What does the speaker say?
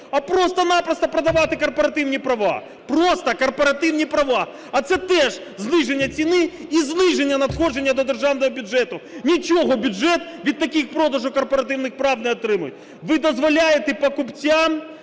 а просто-напросто продавати корпоративні права, просто корпоративні права. А це теж зниження ціни і зниження надходження до державного бюджету. Нічого бюджет від таких продажів корпоративних прав не отримає. Ви дозволяєте покупцям